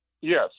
Yes